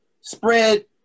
spread